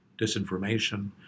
disinformation